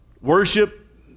Worship